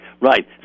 Right